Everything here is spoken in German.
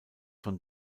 von